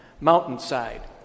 mountainside